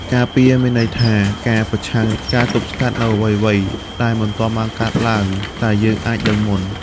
ការពារមានន័យថា ការប្រឆាំង ការទប់ស្កាត់នូវអ្វីៗដែលមិនទាន់បានកើតឡើងតែយើងអាចដឹងជាមុន។